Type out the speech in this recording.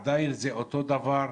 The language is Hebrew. זה עדיין אותו דבר.